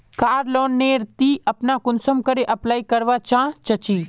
कार loan नेर ती अपना कुंसम करे अप्लाई करवा चाँ चची?